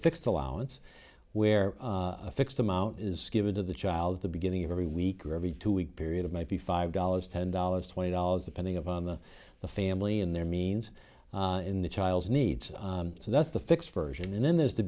fixed allowance where a fixed amount is given to the child at the beginning of every week or every two week period of might be five dollars ten dollars twenty dollars depending upon the the family and their means in the child's needs so that's the fixed version and then there's the